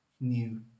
new